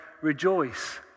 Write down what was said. rejoice